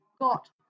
got